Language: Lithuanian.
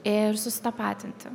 ir susitapatinti